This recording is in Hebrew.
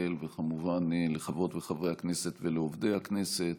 וכמובן לחברות וחברי הכנסת ולעובדי הכנסת